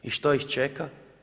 I što ih čeka?